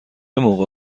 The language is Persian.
موقع